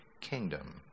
kingdom